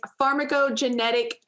pharmacogenetic